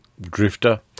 drifter